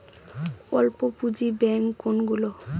অল্প পুঁজি ব্যাঙ্ক কোনগুলি?